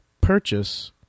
purchase